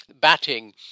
batting